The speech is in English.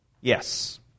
Yes